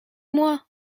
moi